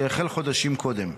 שהחל חודשים קודם.